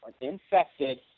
infected